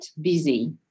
busy